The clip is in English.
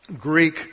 Greek